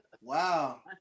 Wow